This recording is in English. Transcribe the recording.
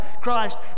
Christ